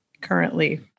currently